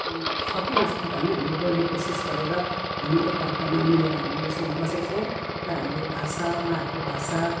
सकी नसकी भए पनि हामीले बोल्ने कोसिस गरेर हामी एकार्कामा मिलेर हामी यसरी बसेको छौँ र हाम्रो भाषा उहाँहरूको भाषा